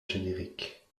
générique